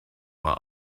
while